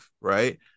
right